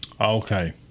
Okay